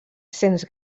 sens